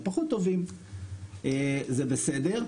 הפחות טובים זה בסדר.